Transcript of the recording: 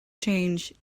changed